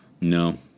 no